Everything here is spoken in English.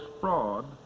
fraud